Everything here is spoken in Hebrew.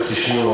טוב, תשמעו,